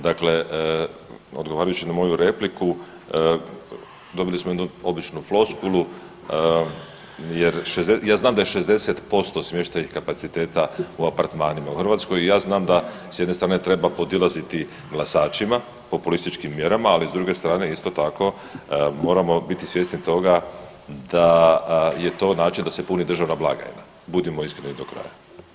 Dakle, odgovarajući na moju repliku dobili smo jednu običnu floskulu jer, ja znam da je 60% smještajnih kapaciteta u apartmanima u Hrvatskoj i ja znam da s jedne strane treba podilaziti glasačima populističkim mjerama, ali s druge strane isto tako moramo biti svjesni toga da je to način da se puni državna blagajna, budimo iskreni do kraja.